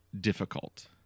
difficult